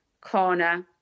corner